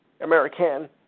American